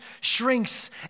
shrinks